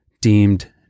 deemed